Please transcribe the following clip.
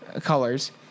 colors